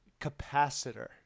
capacitor